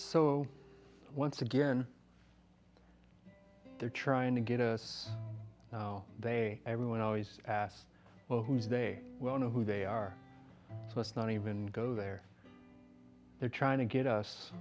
so once again they're trying to get us now they everyone always asked well who's day well know who they are so it's not even go there they're trying to get us